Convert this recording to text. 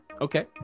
okay